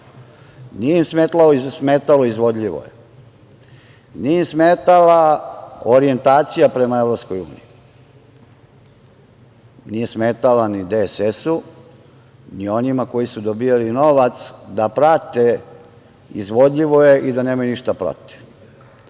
Nije im smetalo „izvodljivo je“, nije im smetala orjentacija prema EU. Nije smetala ni DSS-u, ni onima koji su dobijali novac da prate izvodljivo je i da nemaju ništa